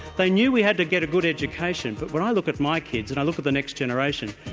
they knew we had to get a good education, but when i look at my kids and i look at the next generation,